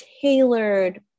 tailored